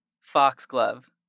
Foxglove